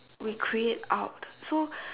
we create out so